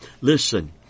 Listen